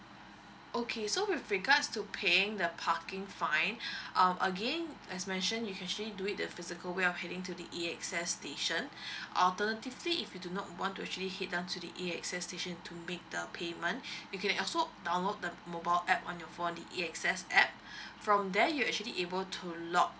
okay so with regards to paying the parking fine um again as mentioned you can actually do it the physical way of heading to the A_X_S station alternatively if you do not want to actually hit down to the A_X_S station to make the payment you can also download the mobile A_P_P on your phone the A_X_S A_P_P from there you actually able to log